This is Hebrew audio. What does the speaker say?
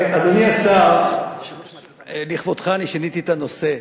אדוני השר, לכבודך שיניתי את הנושא.